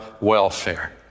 welfare